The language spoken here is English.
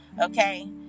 Okay